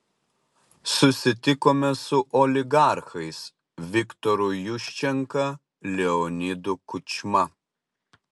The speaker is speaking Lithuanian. susitikome su oligarchais viktoru juščenka leonidu kučma